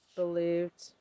believed